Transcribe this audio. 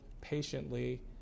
patiently